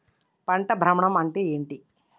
పంట భ్రమణం అంటే ఏంటి?